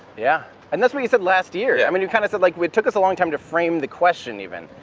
yeah, and that's what you said last year, yeah i mean, you kinda said like, it took us a long time to frame the question even,